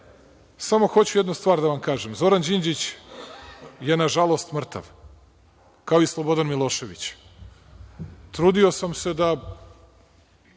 hoću jednu stvar da vam kažem. Zoran Đinđić je nažalost mrtav, kao i Slobodan Milošević. Trudio sam se,